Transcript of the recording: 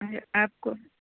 آپ کو